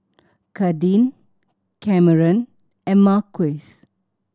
Kadin Cameron and Marquise